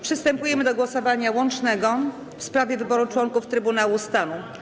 Przystępujemy do głosowania łącznego w sprawie wyboru członków Trybunału Stanu.